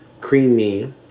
creamy